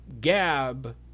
gab